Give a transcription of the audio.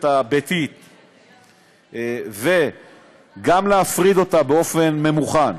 הביתית וגם להפריד אותה באופן ממוכן,